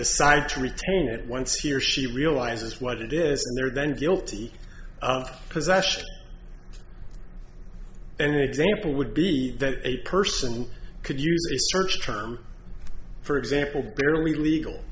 decide to retain it once he or she realizes what it is in there then guilty of possession and example would be that a person could use a search term for example barely legal